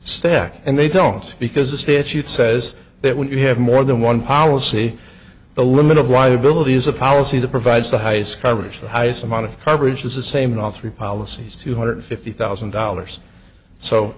stack and they don't because the statute says that when you have more than one policy the limit of liability is a policy that provides the high scrubbers the highest amount of coverage is the same in all three policies two hundred fifty thousand dollars so